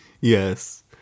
Yes